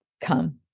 come